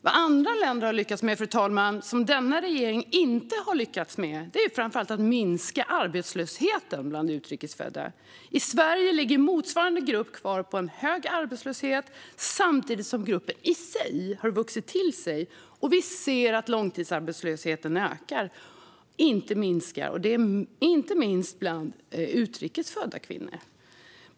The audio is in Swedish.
Vad andra länder har lyckats med, fru talman, som denna regering inte har lyckats med är framför allt att minska arbetslösheten bland utrikes födda. I Sverige ligger motsvarande grupp kvar på en hög arbetslöshet, samtidigt som gruppen i sig har vuxit till sig. Vi ser också att långtidsarbetslösheten ökar, inte minskar, inte minst bland utrikes födda kvinnor.